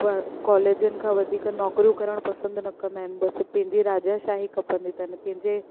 पर कॉलेजनि खां वधीक नौकरियूं करणु पसंदि न कंदा आहिनि बसि पंहिंजी राजा शाही खपंदी अथनि कंहिंजे